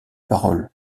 paroles